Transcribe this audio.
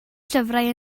llyfrau